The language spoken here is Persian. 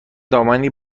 دامنی